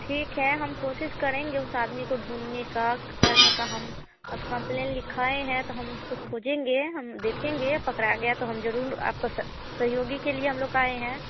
ठीक है हम कोशिश करेंगे उस आदमी को ढूँढने की करने का हम अब कंप्लेन लिखवाए हैं तो हम उसको खोजेंगे हम देखेंगे पकड़ा गया तो हम ज़रूर आपके सहयोग के लिए हम लोग आए हैं